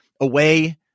away